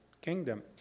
kingdom